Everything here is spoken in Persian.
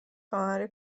خواهر